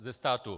Ze státu.